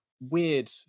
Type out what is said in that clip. weird